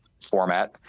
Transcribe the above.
format